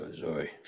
sorry